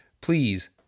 please